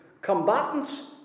Combatants